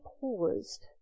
paused